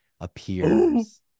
appears